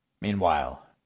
Meanwhile